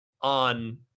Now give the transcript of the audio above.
on